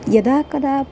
यदा कदा